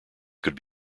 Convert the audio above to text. could